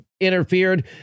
interfered